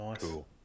Cool